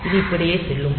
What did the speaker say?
அது இப்படியே செல்லும்